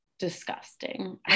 disgusting